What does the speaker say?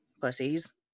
pussies